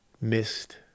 missed